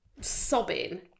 sobbing